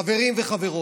חברים וחברות,